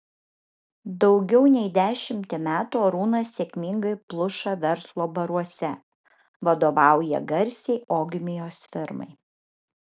daugiau nei dešimtį metų arūnas sėkmingai pluša verslo baruose vadovauja garsiai ogmios firmai